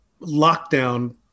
lockdown